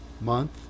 month